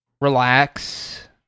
relax